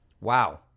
Wow